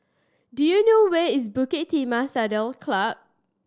do you know where is Bukit Timah Saddle Club